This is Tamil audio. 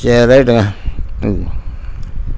சரி ரைட்டுங்க ரைட்டுங்க